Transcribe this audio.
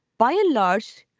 by and large,